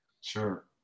Sure